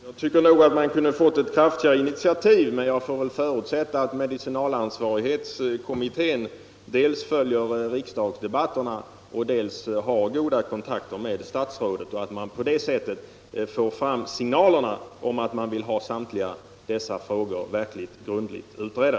Herr talman! Jag tycker nog att det kunde ha tagits ett kraftigare initiativ, men jag får väl förutsätta att medicinalansvarskommittén dels följer riksdagsdebatterna, dels har goda kontakter med statsrådet och att man på det sättet får fram signalerna om att man vill ha samtliga dessa frågor verkligt grundligt utredda.